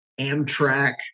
Amtrak